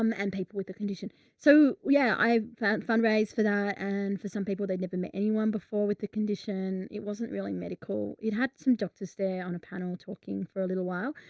um and people with the condition. so yeah, i've found fundraise for that. and for some people, they'd never met anyone before with the condition. it wasn't really medical. it had some doctors there on a panel talking for a little while,